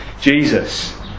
Jesus